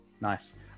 nice